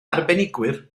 arbenigwyr